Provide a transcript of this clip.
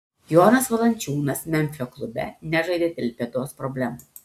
jonas valančiūnas memfio klube nežaidė dėl pėdos problemų